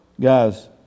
guys